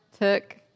took